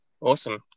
awesome